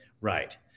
Right